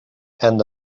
and